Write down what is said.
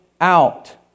out